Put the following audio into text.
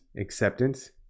acceptance